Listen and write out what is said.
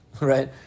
right